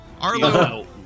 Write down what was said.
Arlo